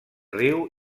riu